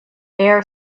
air